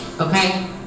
okay